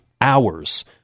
hours